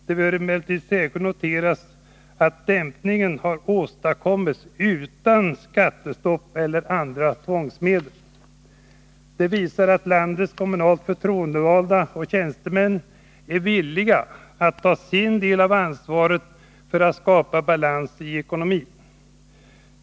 Det bör emellertid särskilt noteras att dämpningen har åstadkommits utan skattestopp eller andra tvångsmedel. Det visar att förtroendevalda och tjänstemän i landets kommuner är villiga att ta sin del av ansvaret för att skapa balans i ekonomin.